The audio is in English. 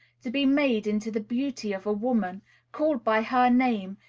to be made into the beauty of a woman called by her name,